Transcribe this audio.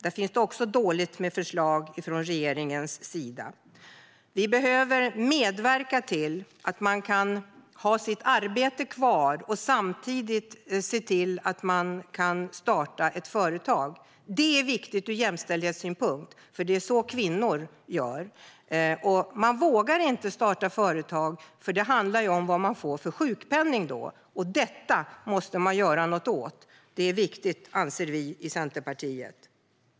Där finns också dåligt med förslag från regeringens sida. Vi behöver medverka till att man kan ha sitt arbete kvar och samtidigt starta ett företag. Det är viktigt ur jämställdhetssynpunkt eftersom det är så kvinnor gör. De vågar inte starta företag eftersom det handlar om vilken sjukpenning de kan få. Detta måste man göra något åt. Det är viktigt, anser vi i Centerpartiet.